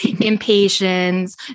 impatience